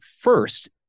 first